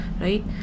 Right